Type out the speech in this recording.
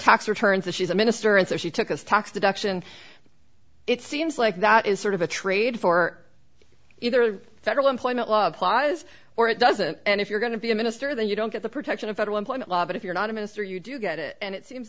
tax returns that she's a minister and so she took us tax deduction it seems like that is sort of a trade for either a federal employment law applies or it doesn't and if you're going to be a minister then you don't get the protection of federal employment law but if you're not a minister you do get it and it seems